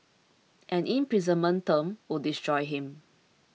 an imprisonment term would destroy him